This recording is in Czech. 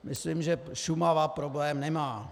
Myslím, že Šumava problém nemá.